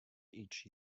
each